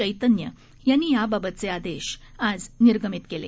चैतन्य यांनी याबाबतचे आदेश आज निर्गमित केले